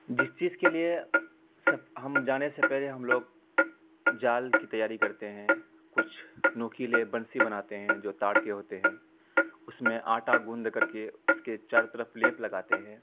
جس چیز کے لیے سب ہم جانے سے پہلے ہم لوگ جال کی تیاری کرتے ہیں کچھ نوکیلے بنسی بناتے ہیں جو تاڑ کے ہوتے ہیں اس میں آٹا گوندھ کر کے اس کے چاروں طرف لیپ لگاتے ہیں